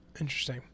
Interesting